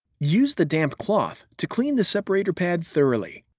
use the damp cloth to clean the separator pad thoroughly.